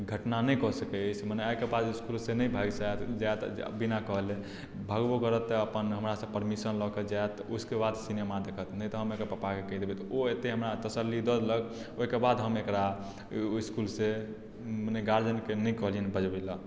ओ घटना नहि कऽ सकै अछि मने आइ के बाद इसकुल से नहि भागि जाएत बिना कहने भागबो करत तऽ हमरा से बिना परमिशन लऽ कऽ जायत उसके बाद सिनेमा देखत नहि तऽ हम एकर पापाकेँ कहि देबनि ओ एते हमरा तसल्ली दऽ देलथि ओहिके बाद हम एकरा ओहि इसकुल से मने गार्जियन केँ नहि कहलखिन बजबै लए